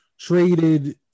traded